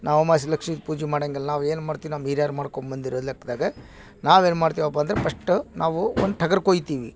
ನಾವು ಅಮಾವಾಸೆ ಲಕ್ಷ್ಮಿ ಪೂಜೆ ಮಾಡೋಂಗಿಲ್ ನಾವು ಏನು ಮಾಡ್ತೀವಿ ನಮ್ಮ ಹಿರಿಯರ್ ಮಾಡ್ಕೊ ಬಂದಿರೋ ಲೆಕ್ದಾಗೆ ನಾವು ಏನು ಮಾಡ್ತೀವಪ್ಪ ಅಂದ್ರೆ ಪಸ್ಟ್ ನಾವು ಒಂದು ಟಗ್ರು ಕೊಯ್ತೀವಿ